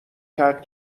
کرد